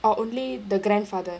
probably grandfather